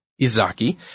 Izaki